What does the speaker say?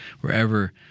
wherever